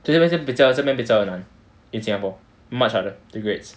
这边是比较这边比较难 in singapore much harder the grades